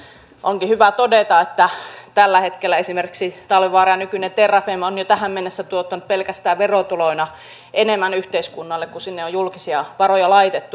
onkin hyvä todeta että tällä hetkellä esimerkiksi talvivaara nykyinen terrafame on jo tähän mennessä tuottanut pelkästään verotuloina enemmän yhteiskunnalle kuin sinne on julkisia varoja laitettu